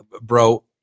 Bro